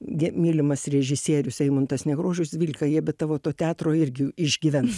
ge mylimas režisierius eimuntas nekrošius vilka jie be tavo to teatro irgi išgyvens